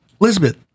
Elizabeth